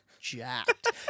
jacked